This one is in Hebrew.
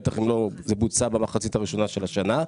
בטח אם לא זה בוצע במחצית הראשונה של השנה,